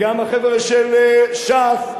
שטויות.